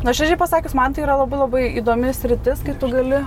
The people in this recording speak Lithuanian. nuoširdžiai pasakius man tai yra labai labai įdomi sritis kaip tu gali